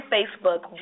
Facebook